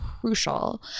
crucial